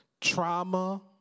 trauma